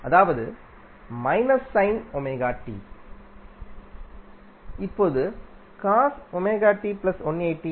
இப்போது என்ன